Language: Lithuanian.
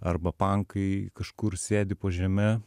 arba pankai kažkur sėdi po žeme